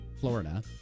Florida